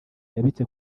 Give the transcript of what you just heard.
yabitse